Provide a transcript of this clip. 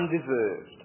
Undeserved